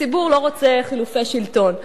הציבור לא רוצה חילופי שלטון.